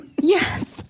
Yes